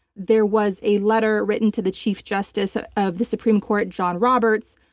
there was a letter written to the chief justice of the supreme court, john roberts,